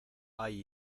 hay